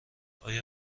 آیا